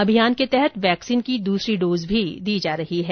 अभियान के तहत वैक्सीन की दूसरी डोज भी दी जा रही है